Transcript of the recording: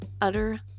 utter